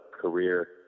career